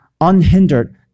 unhindered